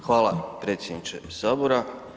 Hvala predsjedniče sabora.